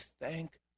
thank